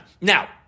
Now